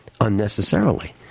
Unnecessarily